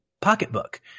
Pocketbook